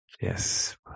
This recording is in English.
Yes